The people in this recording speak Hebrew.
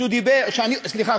סליחה,